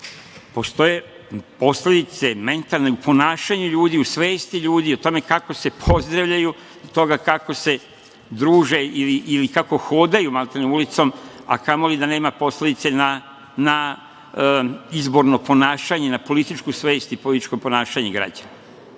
postoje posledice mentalne u ponašanju ljudi, u svesti ljudi, u tome kako se pozdravljaju, do toga kako se druže ili kako hodaju, maltene, ulicom, a kamoli da nema posledice na izborno ponašanje, na političku svest i političko ponašanje građana.